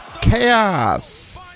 Chaos